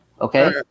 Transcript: okay